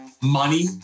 Money